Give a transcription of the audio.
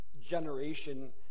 generation